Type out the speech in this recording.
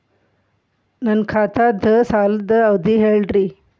ನನ್ನ ಖಾತಾದ್ದ ಸಾಲದ್ ಅವಧಿ ಹೇಳ್ರಿ